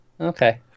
Okay